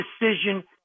decision